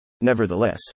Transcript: Nevertheless